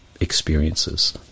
experiences